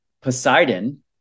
Poseidon